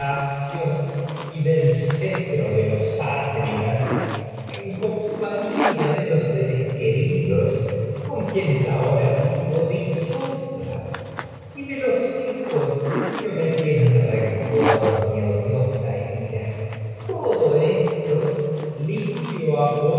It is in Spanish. y del los seres de los atridas compañía de queridos con quienes ahora vivo dichosa y de los hijos que no me tienen rencor ni odiosa ira todo esto licio